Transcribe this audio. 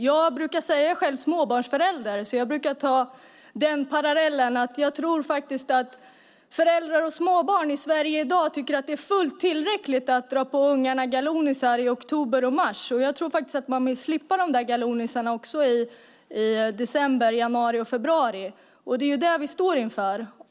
Jag är själv småbarnsförälder, så jag brukar dra parallellen att jag tror att föräldrar och småbarn i Sverige i dag tycker att det är fullt tillräckligt att dra på ungarna galonisar i oktober och mars. Jag tror att man vill slippa galonisarna i december, januari och februari. Det är det vi står inför.